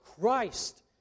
Christ